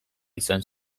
izan